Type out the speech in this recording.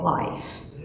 life